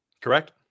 Correct